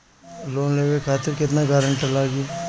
Loan लेवे खातिर केतना ग्रानटर लागी?